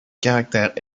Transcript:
caractère